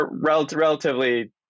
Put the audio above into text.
relatively